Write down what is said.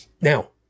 now